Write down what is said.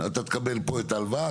אתה תקבל פה את ההלוואה,